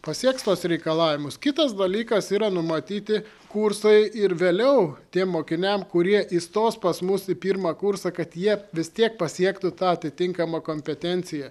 pasieks tuos reikalavimus kitas dalykas yra numatyti kursai ir vėliau tiem mokiniam kurie įstos pas mus į pirmą kursą kad jie vis tiek pasiektų tą atitinkamą kompetenciją